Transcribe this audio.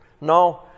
No